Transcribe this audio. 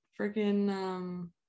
freaking